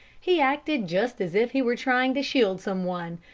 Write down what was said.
he acted just as if he were trying to shield some one.